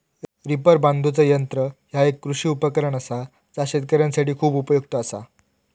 reaper बांधुचा यंत्र ह्या एक कृषी उपकरण असा जा शेतकऱ्यांसाठी खूप उपयुक्त असा